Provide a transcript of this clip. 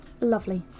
lovely